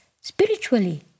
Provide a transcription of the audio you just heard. spiritually